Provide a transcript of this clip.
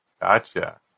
Gotcha